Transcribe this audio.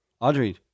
Audrey